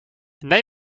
neem